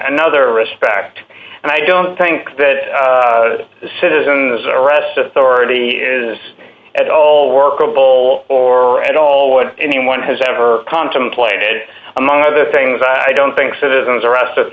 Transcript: another respect and i don't think that citizens arrest authority is at all workable or at all what anyone has ever contemplated among other things i don't think citizens arrest